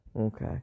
okay